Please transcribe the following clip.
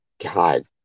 God